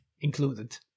included